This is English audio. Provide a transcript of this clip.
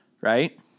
right